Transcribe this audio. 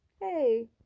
hey